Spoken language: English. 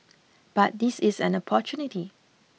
but this is an opportunity